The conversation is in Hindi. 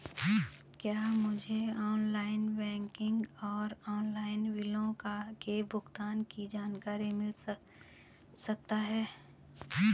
क्या मुझे ऑनलाइन बैंकिंग और ऑनलाइन बिलों के भुगतान की जानकारी मिल सकता है?